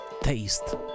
taste